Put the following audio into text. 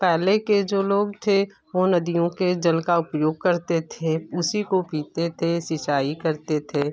पहले के जो लोग थे वो नदियों के जल का उपयोग करते थे उसी को पीते थे सिंचाई करते थे